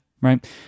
right